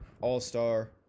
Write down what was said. all-star